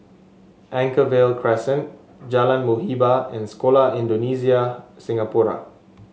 Anchorvale Crescent Jalan Muhibbah and Sekolah Indonesia Singapura